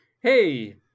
Hey